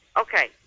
Okay